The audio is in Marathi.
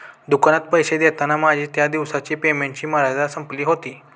दुकानात पैसे देताना माझी त्या दिवसाची पेमेंटची मर्यादा संपली होती